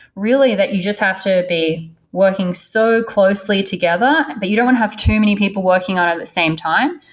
really, that you just have to be working so closely together, that but you don't have too many people working on at the same time.